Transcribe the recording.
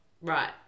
right